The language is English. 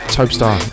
Topstar